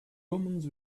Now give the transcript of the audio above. omens